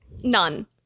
None